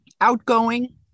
outgoing